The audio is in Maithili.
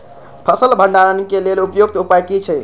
फसल भंडारण के लेल उपयुक्त उपाय कि छै?